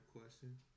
question